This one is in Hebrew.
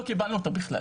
לא קיבלנו אותה בכלל'.